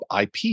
IP